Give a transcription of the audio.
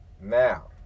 Now